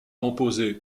composé